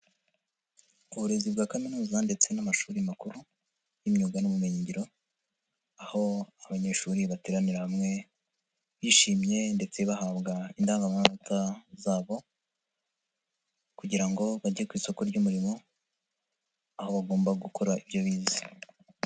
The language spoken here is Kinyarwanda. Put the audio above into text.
Uburezi bwa kaminuza ndetse n'amashuri makuru y'imyuga n'ubumenyingiro, aho abanyeshuri bateranira hamwe bishimye ndetse bahabwa indangamanota zabo kugira ngo bajye ku isoko ry'umurimo, aho bagomba gukora ibyo bize.